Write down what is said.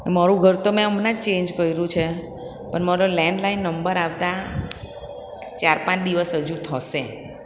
મારું ઘર તો મેં હમણાં ચેંજ કર્યું છે પણ મારો લેન્ડલાઇન નંબર આવતા ચાર પાંચ દિવસ હજુ થશે